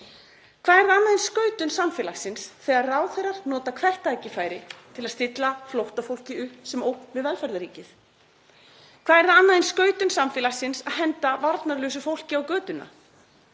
Hvað er það annað en skautun samfélagsins þegar ráðherrar nota hvert tækifæri til að stilla flóttafólki upp sem ógn við velferðarríkið? Hvað er það annað en skautun samfélagsins að henda varnarlausu fólki á götuna?